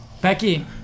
Becky